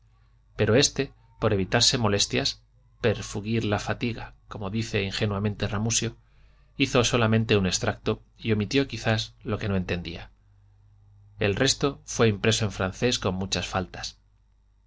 pero éste por evitarse molestias per fuggir la fatica como dice ingenuamente ramusio hizo solamente un extracto y omitió quizás lo que no entendía el resto fué impreso en francés con muchas faltas